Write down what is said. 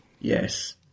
Yes